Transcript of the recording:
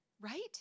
Right